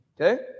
okay